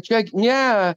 čia gi ne